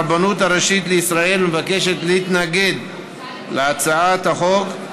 הרבנות הראשית לישראל מבקשת להתנגד להצעת החוק,